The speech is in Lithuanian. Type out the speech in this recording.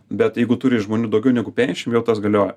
bet jeigu turi žmonių daugiau negu penkiasdešim jau tas galioja